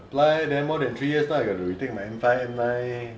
apply then more than three years ah got to retake my M five M nine